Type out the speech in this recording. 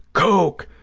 coke,